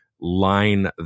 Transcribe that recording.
line